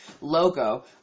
logo